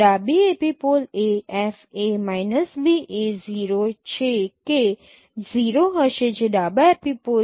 ડાબી એપિપોલ એ FA b a 0 છે કે 0 હશે જે ડાબા એપિપોલ છે